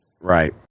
Right